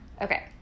okay